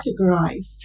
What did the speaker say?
categorized